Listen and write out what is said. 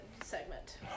segment